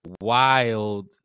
wild